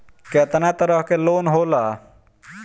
केतना तरह के लोन होला?